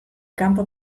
kanpo